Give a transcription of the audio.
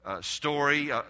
story